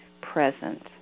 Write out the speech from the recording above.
present